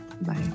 Bye